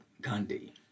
Gandhi